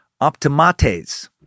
Optimates